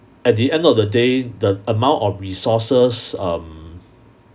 at the end of the day the amount of resources um